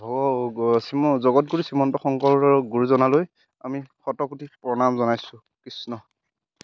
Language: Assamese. জগত গুৰু শ্ৰীমন্ত শংকৰদেৱৰ গুৰুজনালৈ আমি শতকোটি প্ৰণাম জনাইছোঁ কৃষ্ণ